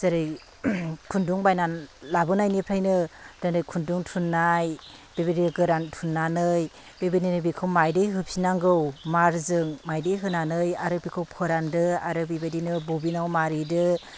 जेरै खुन्दुं बायनानै लाबोनायनिफ्रायनो दिनै खुन्दुं थुननाय बेबायदिनो गोरान थुननानै बेबायदिनो बेखौ माइदि होफिन नांगौ मारजों माइदि होनानै आरो बेखौ फोरानदो आरो बिबायदिनो बबिनाव मारिदो